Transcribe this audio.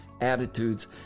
attitudes